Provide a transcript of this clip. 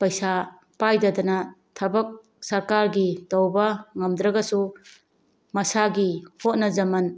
ꯄꯩꯁꯥ ꯄꯥꯏꯗꯗꯅ ꯊꯕꯛ ꯁꯔꯀꯥꯔꯒꯤ ꯇꯧꯕ ꯉꯝꯗ꯭ꯔꯒꯁꯨ ꯃꯁꯥꯒꯤ ꯍꯣꯠꯅꯖꯃꯟ